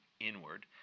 inward